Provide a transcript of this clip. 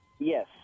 Yes